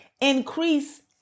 increase